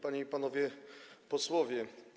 Panie i Panowie Posłowie!